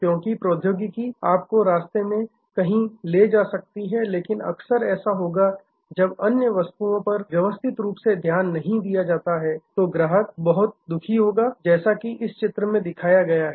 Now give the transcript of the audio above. क्योंकि प्रौद्योगिकी आपको रास्ते में कहीं ले जा सकती है लेकिन अक्सर ऐसा होगा जब अन्य वस्तुओं पर व्यवस्थित रूप से ध्यान नहीं रखा जाता है तो ग्राहक बहुत दुखी होगा जैसा कि इस चित्र में दिखाया गया है